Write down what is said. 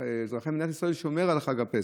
ואזרחי מדינת ישראל שומרים על חג הפסח.